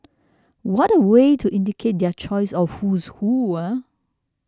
what a way to indicate their choice of who's who eh